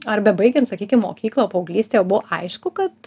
ar bebaigiant sakykim mokyklą paauglystėje buvo aišku kad